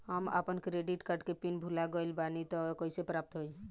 हम आपन credit card के पिन भुला गइल बानी त कइसे प्राप्त होई?